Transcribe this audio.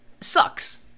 sucks